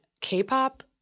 K-pop